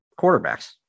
Quarterbacks